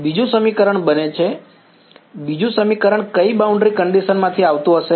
બીજું સમીકરણ બને છે બીજું સમીકરણ કઈ બ્રાઉન્ડ્રી કંડીશન માંથી આવતું હશે